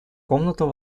комнату